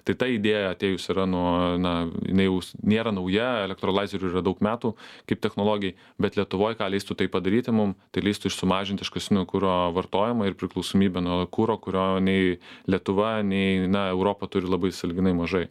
tai ta idėja atėjus yra nuo na jinai jaus nėra nauja elektrolaizeriui yra daug metų kaip technologijai bet lietuvoj ką leistų tai padaryti mum tai leistų ir sumažinti iškastinio kuro vartojimą ir priklausomybę nuo kuro kurio nei lietuva nei na europa turi labai sąlyginai mažai